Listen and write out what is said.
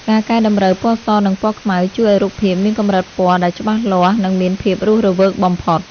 ការកែតម្រូវ ពណ៌ស និង ពណ៌ខ្មៅ ជួយឱ្យរូបភាពមានកម្រិតពណ៌ដែលច្បាស់លាស់ និងមានភាពរស់រវើកបំផុត។